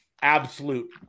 absolute